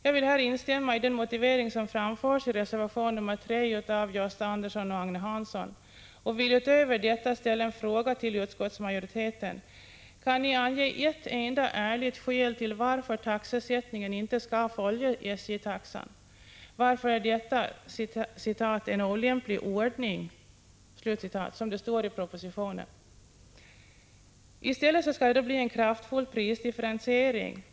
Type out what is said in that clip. Jag vill här instämma i den motivering som framförs i reservation 3 av Gösta Andersson och Agne Hansson och vill utöver detta ställa en fråga till utskottsmajoriteten: Kan ni ange ett enda ärligt skäl till att taxeersättningen inte skall följa SJ-taxan? Varför är detta ”inte en lämplig ordning”, som det står i propositionen? I stället skall det bli en kraftfull prisdifferentiering.